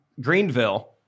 Greenville